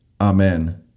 Amen